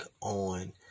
on